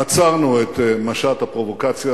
עצרנו את משט הפרובוקציה.